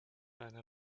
einer